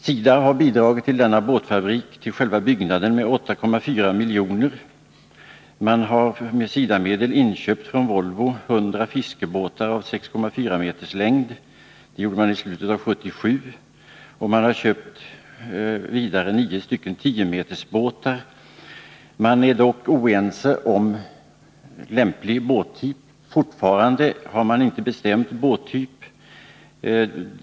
SIDA har bidragit till själva byggnaden av båtfabriken med 8,4 milj.kr. Med SIDA-medel har i slutet av 1977 inköpts från Volvo 100 fiskebåtar med en längd av 6,4 m och vidare 9 st båtar på 10 m. Man är dock oense om lämplig båttyp, och man har ännu inte bestämt denna.